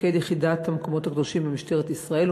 מפקד יחידת המקומות הקדושים במשטרת ישראל,